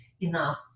enough